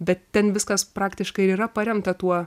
bet ten viskas praktiškai ir yra paremta tuo